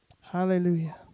Hallelujah